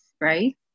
right